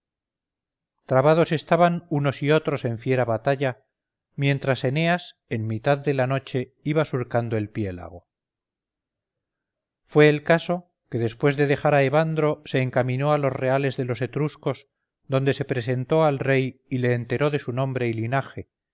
capua trabados estaban unos y otros en fiera batalla mientras eneas en mitad de la noche iba surcando el piélago fue el caso que después de dejar a evandro se encaminó a los reales de los etruscos donde se presentó al rey y le enteró de su nombre y linaje